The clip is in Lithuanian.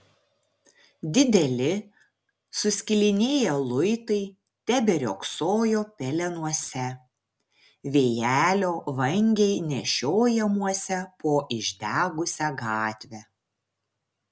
dideli suskilinėję luitai teberiogsojo pelenuose vėjelio vangiai nešiojamuose po išdegusią gatvę